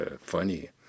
funny